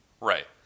Right